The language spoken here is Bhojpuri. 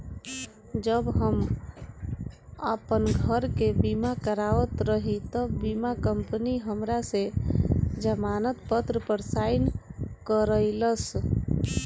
जब हम आपन घर के बीमा करावत रही तब बीमा कंपनी हमरा से जमानत पत्र पर साइन करइलस